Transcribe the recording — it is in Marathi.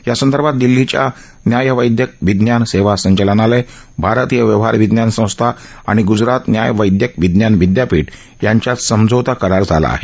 यासंदर्भात दिल्लीच्या न्याय वैद्यक विज्ञान सेवा संचलनालय भारतीय व्यवहार विज्ञान संस्था आणि ग्जरात न्याय वैद्यक विज्ञान विद्यापीठ यांच्यात समझौता करार झाला आहे